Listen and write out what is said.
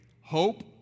hope